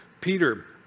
Peter